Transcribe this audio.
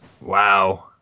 Wow